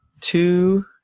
two